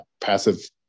passive